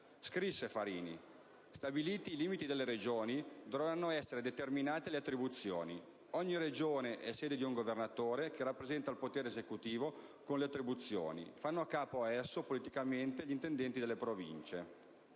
Scrisse Farini: «Stabiliti i limiti delle Regioni, dovranno essere determinate le attribuzioni. Ogni Regione è sede di un Governatore che rappresenta il potere esecutivo con le attribuzioni. Fanno capo a esso politicamente gli intendenti delle Province».